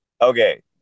okay